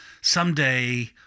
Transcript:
someday